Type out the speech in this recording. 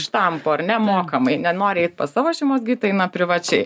štampo ar ne mokamai nenori eit pas savo šeimos gydytoją tai privačiai